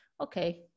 okay